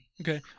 Okay